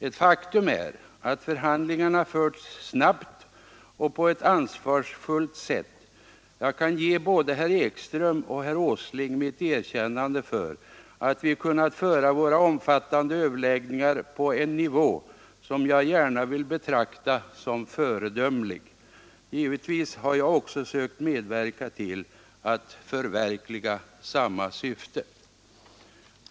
Ett faktum är att förhandlingarna förts snabbt och på ett ansvarsfullt sätt. Jag kan ge både herr Ekström och herr Åsling mitt erkännande för att vi kunnat föra våra omfattande överläggningar på en nivå, som jag gärna vill betrakta såsom föredömlig. Givetvis har också jag sökt medverka till att förverkliga samma syfte.